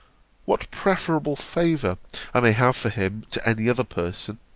what preferable favour i may have for him to any other person,